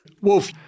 Wolf